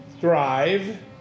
thrive